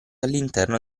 all’interno